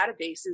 databases